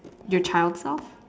your child self